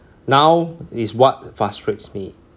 now is what frustrates me